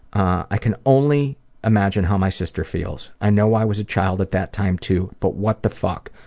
i can only imagine how my sister feels. i know i was a child at that time, too, but what the fuck.